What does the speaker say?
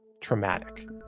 traumatic